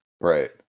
right